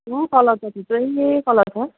colour त थुप्रै colour छ